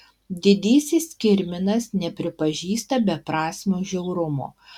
didysis kirminas nepripažįsta beprasmio žiaurumo